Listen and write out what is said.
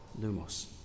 Lumos